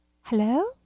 Hello